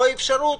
או אפשרות